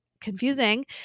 confusing